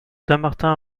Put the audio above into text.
dammartin